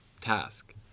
task